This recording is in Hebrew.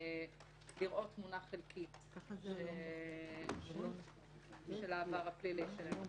יהיה לראות תמונה חלקית של העבר הפלילי שלהם.